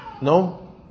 No